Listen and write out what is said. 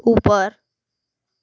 ऊपर